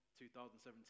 2017